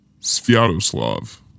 Sviatoslav